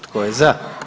Tko je za?